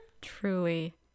truly